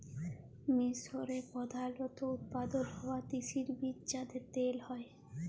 মিসরে প্রধালত উৎপাদল হ্য়ওয়া তিসির বীজ যাতে তেল হ্যয়